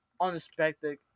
unexpected